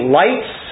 lights